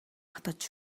хатгаж